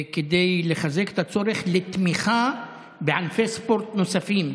כדי לחזק את הצורך בתמיכה בענפי ספורט נוספים,